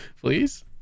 please